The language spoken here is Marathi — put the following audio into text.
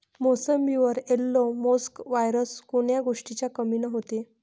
मोसंबीवर येलो मोसॅक वायरस कोन्या गोष्टीच्या कमीनं होते?